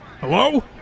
Hello